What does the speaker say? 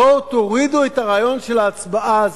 בואו תורידו את הרעיון של ההצבעה הזאת,